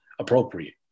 appropriate